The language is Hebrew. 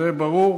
זה ברור.